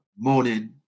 morning